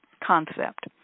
concept